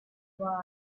while